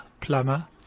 plumber